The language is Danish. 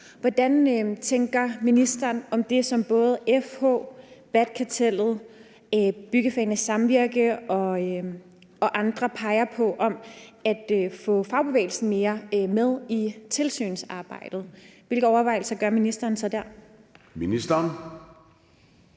Hvad tænker ministeren om det, som både FH, BAT-Kartellet, Byggefagenes Samvirke og andre peger på, om at få fagbevægelsen mere med i tilsynets arbejde. Hvilke overvejelser gør ministeren sig der? Kl.